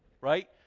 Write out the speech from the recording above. right